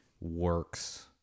works